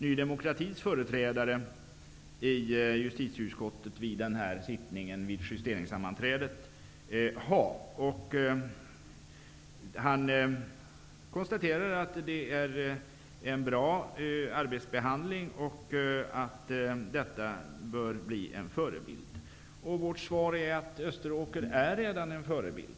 Ny demokratis företrädare vid justeringssammanträdet, att han vill ha Österåkersanstalten som förebild. Han konstaterar att man där har en bra arbetsbehandling och att Österåkersanstalten därför bör bli en förebild. Vårt svar är att Österåkersanstalten redan är en förebild.